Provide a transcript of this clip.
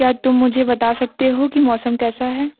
क्या तुम मुझे बता सकते हो कि मौसम कैसा है